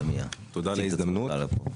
תודה על ההזדמנות.